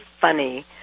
funny